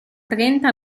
trenta